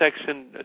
section